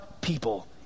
people